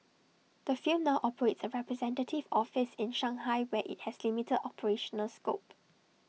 the film now operates A representative office in Shanghai where IT has limited operational scope